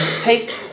take